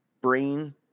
brain